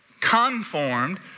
conformed